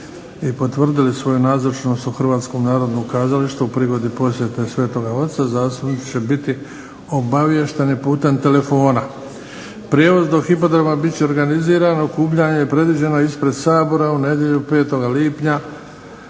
i potvrdili svoju nazočnost u Hrvatskom narodnom kazalištu u prigodi posjete Svetoga Oca zastupnici će biti obaviješteni putem telefona. Prijevoz do Hipodroma biti će organiziran, okupljanje je organizirano ispred sabora u nedjelju 5. lipnja